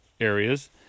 areas